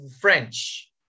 French